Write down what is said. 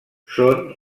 són